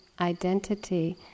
identity